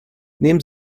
nehmen